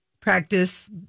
practice